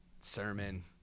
sermon